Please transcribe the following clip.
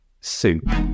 soup